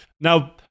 Now